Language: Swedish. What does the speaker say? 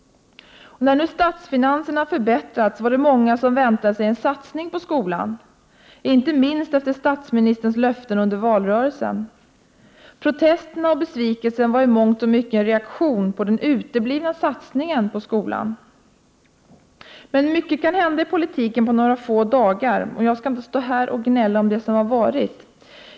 När nu statsfinanserna förbättrats var det många som väntade sig en satsning på skolan, inte minst efter statsministerns löften under valrörelsen. 47 Protesterna och besvikelsen var i mångt och mycket en reaktion på den uteblivna satsningen på skolan. Mycket kan hända i politiken på några få dagar, och jag skall inte stå här och gnälla om det som har varit.